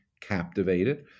captivated